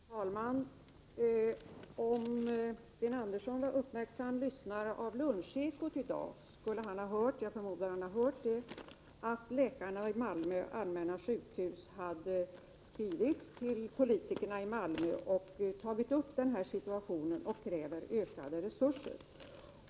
Fru talman! Om Sten Andersson i Malmö uppmärksamt lyssnade till lunchekot i dag, så hörde han — och jag förmodar att han hört det — att läkarna vid Malmö allmänna sjukhus hade skrivit till politikerna i Malmö och tagit upp den här situationen och krävt ökade resurser.